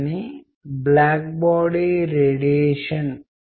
మీరు కొన్ని సర్వేలను తీసుకుంటారని భావిస్తున్నారు